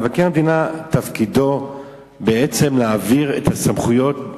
מבקר המדינה, תפקידו להעביר את הסמכויות,